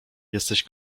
jesteś